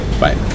bye